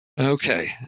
okay